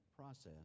process